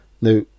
Now